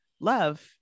love